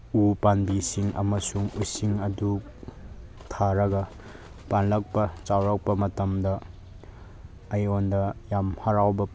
ꯎ ꯄꯥꯝꯕꯤꯁꯤꯡ ꯑꯃꯁꯨꯡ ꯎꯁꯤꯡ ꯑꯗꯨ ꯊꯥꯔꯒ ꯄꯥꯜꯂꯛꯄ ꯆꯥꯎꯔꯛꯄ ꯃꯇꯝꯗ ꯑꯩꯉꯣꯟꯗ ꯌꯥꯝ ꯍꯔꯥꯎꯕ